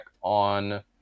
on